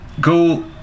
go